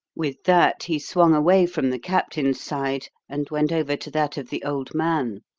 with that he swung away from the captain's side and went over to that of the old man.